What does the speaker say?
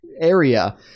area